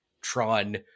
Tron